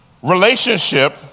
relationship